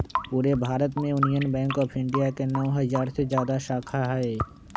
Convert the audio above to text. पूरे भारत में union bank of India के नौ हजार से जादा शाखा हई